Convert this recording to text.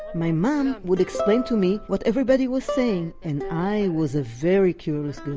my mom would explain to me what everybody was saying and i was a very curious girl.